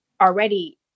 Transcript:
already